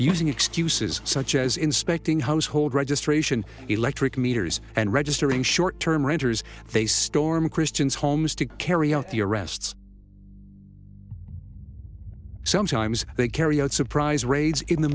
using excuses such as inspecting household registration electric meters and registering short term renters they stormed christians homes to carry out the arrests sometimes they carry out surprise raids in the